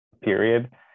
period